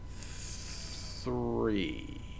Three